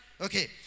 Okay